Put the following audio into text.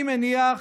אני מניח